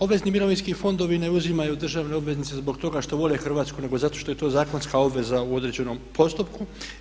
Obvezni mirovinski fondovi ne uzimaju državne obveznice zbog toga što vole Hrvatsku nego zato što je to zakonska obveza u određenom postupku.